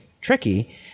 tricky